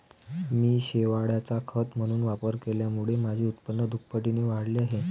मी शेवाळाचा खत म्हणून वापर केल्यामुळे माझे उत्पन्न दुपटीने वाढले आहे